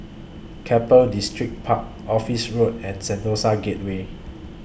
Keppel Distripark Office Road and Sentosa Gateway